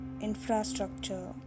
infrastructure